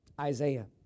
Isaiah